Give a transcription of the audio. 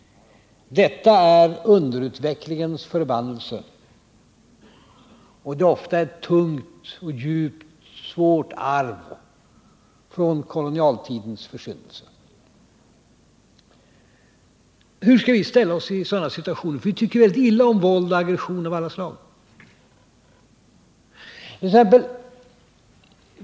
Detta är underutvecklingens förbannelse, och det är ofta ett tungt, djupt och svårt arv från kolonialtidens försyndelser. Hur skall vi ställa oss i sådana situationer? Vi tycker ju rätt illa om våld och aggressioner av alla slag.